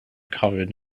covered